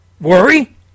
worry